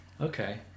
Okay